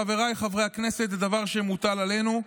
חבריי חברי הכנסת: זה דבר שמוטל עלינו.